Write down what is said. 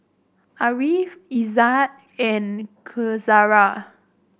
Ariff Izzat and Qaisara